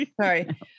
Sorry